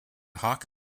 hawk